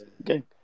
okay